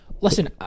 listen